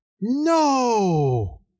No